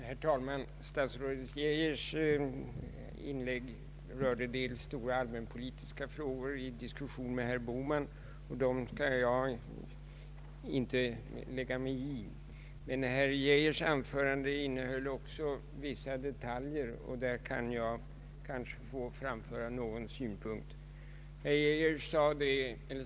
Herr talman! Statsrådet Geijer berörde i sitt inlägg en del stora allmänpolitiska frågor i diskussion med herr Bohman, och dem skall jag inte lägga mig i. Statsrådets anförande innehöll också vissa detaljer, och där kan jag kanske få framföra någon synpunkt.